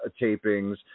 tapings